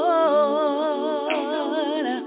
Lord